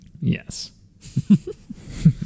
Yes